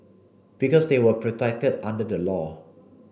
because they were protected under the law